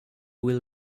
will